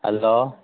hello